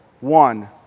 one